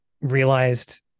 realized